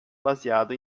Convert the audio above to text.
baseado